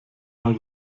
mal